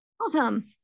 Awesome